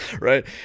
right